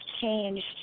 changed